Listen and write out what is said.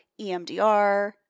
EMDR